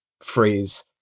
phrase